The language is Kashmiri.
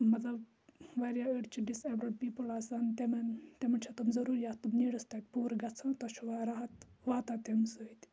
مَطلَب وارِیاہ أڑۍ چھِ ڈِس ایٚبلٕڑ پیپٕل آسان تِمَن تِمَن چھِ تِم ضروٗریات تِم نیڈٕس تَتہِ پورٕ گَژھان تۄہہِ چھو وا راحَت واتان تمہِ سۭتۍ